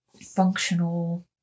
functional